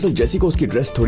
so jessi's dress